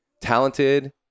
talented